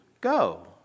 go